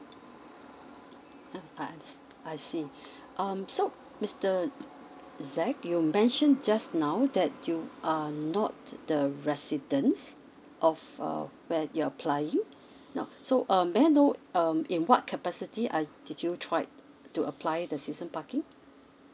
I see um so mister zack you mentioned just now that you are not the residents of uh where you applying now so um may I know um in what capacity are did you tried to apply the season parking